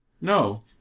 No